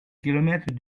kilomètres